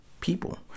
people